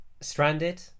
stranded